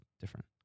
different